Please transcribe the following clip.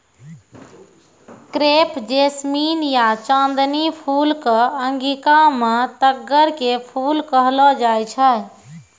crepe jasmine या चांदनी फूल कॅ अंगिका मॅ तग्गड़ के फूल कहलो जाय छै